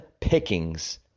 pickings